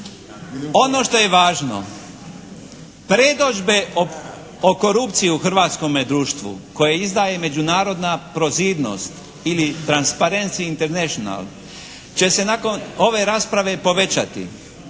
Ono što je važno predodžbe o korupciji u hrvatskome društvu koje izdaje "Međunarodna prozirnost" ili "Transparency International" će se nakon ove rasprave povećati.